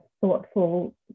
thoughtful